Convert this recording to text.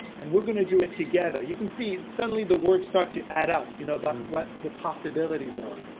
and we're gonna do it together, you can see suddenly the words start to add up, you know about what the possibilities are,